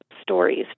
stories